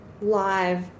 live